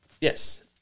Yes